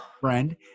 friend